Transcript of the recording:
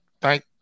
thank